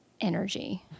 energy